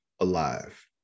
alive